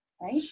Right